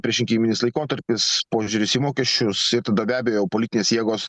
priešrinkiminis laikotarpis požiūris į mokesčius tada be abejo politinės jėgos